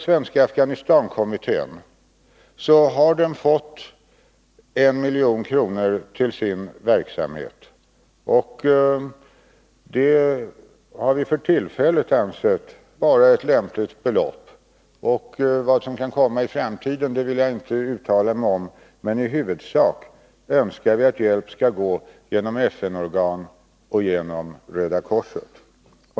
Svenska Afghanistankommittén har fått 1 milj.kr. till sin verksamhet, och det har vi för tillfället ansett vara ett lämpligt belopp. Vad som kan komma i framtiden vill jag inte uttala mig om, men i huvudsak önskar vi att hjälp skall gå genom FN-organ och genom Röda korset.